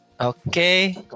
Okay